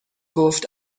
گفت